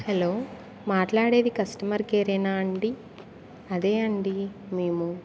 hello మాట్లాడేది customer కేరేనా అండి అదే అండి మేము